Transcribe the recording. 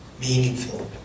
meaningful